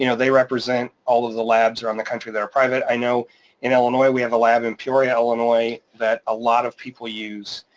you know they represent all of the labs around the country that are private. i know in illinois, we have a lab in peoria, illinois that a lot of people use,